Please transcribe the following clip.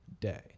day